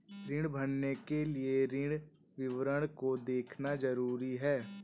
ऋण भरने के लिए ऋण विवरण को देखना ज़रूरी है